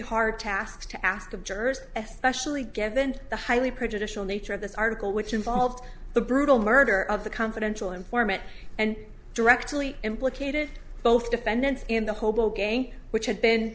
of jurors especially given the highly prejudicial nature of this article which involved the brutal murder of the confidential informant and directly implicated both defendants in the hobo gang which had been